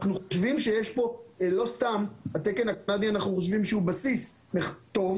לא סתם אנחנו חושבים שהתקן הקנדי הוא בסיס טוב.